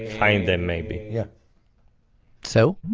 find them maybe yeah so,